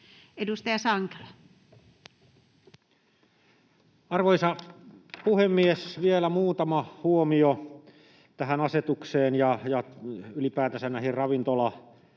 18:10 Content: Arvoisa puhemies! Vielä muutama huomio tähän asetukseen ja ylipäätänsä näihin